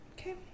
Okay